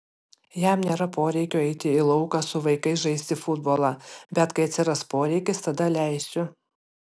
jam nėra poreikio eiti į lauką su vaikais žaisti futbolą bet kai atsiras poreikis tada leisiu